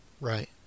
right